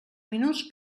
minuts